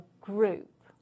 group